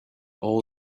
all